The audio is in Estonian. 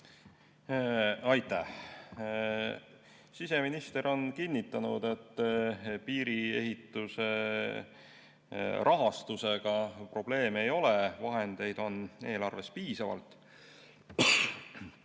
Aitäh! Siseminister on kinnitanud, et piiriehituse rahastusega probleeme ei ole, vahendeid on eelarves piisavalt.